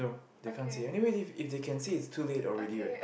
anyway if if you can sit is too late already right